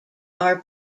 are